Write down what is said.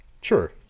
Sure